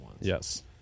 Yes